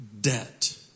debt